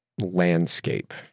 landscape